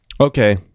okay